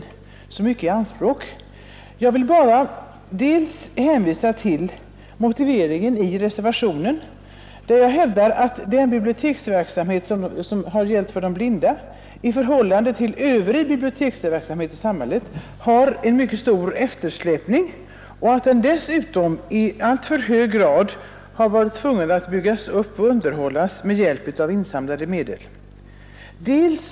Jag skall inte här ta så mycket tid i anspråk; jag vill bara hänvisa till motiveringen i reservationen, där jag hävdar att den biblioteksverksamhet som gäller de blinda har en mycket stor eftersläpning jämfört med övrig biblioteksverksamhet i samhället och dessutom i alltför hög grad har fått byggas upp och underhållas med hjälp av insamlade medel.